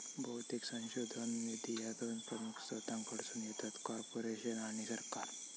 बहुतेक संशोधन निधी ह्या दोन प्रमुख स्त्रोतांकडसून येतत, कॉर्पोरेशन आणि सरकार